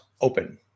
open